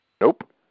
Nope